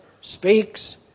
speaks